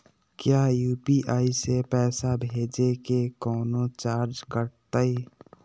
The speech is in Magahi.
का यू.पी.आई से पैसा भेजे में कौनो चार्ज कटतई?